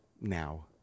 now